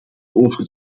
over